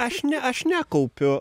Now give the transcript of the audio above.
aš ne aš nekaupiu